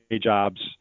jobs